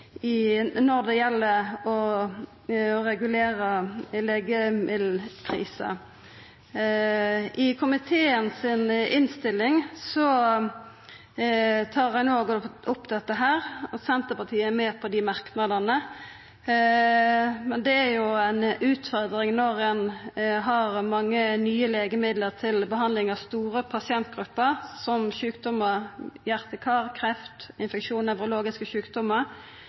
når det gjeld å regulera legemiddelprisar. I komiteen si innstilling tar ein òg opp dette. Senterpartiet er med på dei merknadene. Men det er jo ei utfordring når ein har mange nye legemiddel til behandling av store pasientgrupper med sjukdommar som hjarte–kar, kreft, infeksjon og nevrologiske